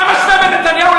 הוא אמר שאני טרוריסט?